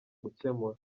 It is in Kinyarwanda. gukemura